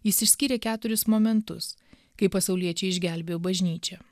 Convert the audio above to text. jis išskyrė keturis momentus kai pasauliečiai išgelbėjo bažnyčią